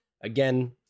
again